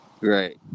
Right